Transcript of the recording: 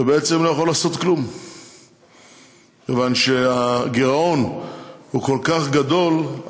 ובעצם לא יכול לעשות כלום מכיוון שהגירעון הוא כל כך גדול,